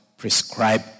Prescribe